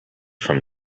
from